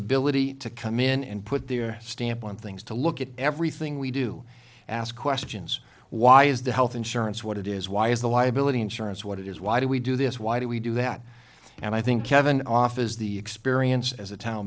ability to come in and put their stamp on things to look at everything we do ask questions why is the health insurance what it is why is the liability insurance what it is why do we do this why do we do that and i think kevin off is the experience as a town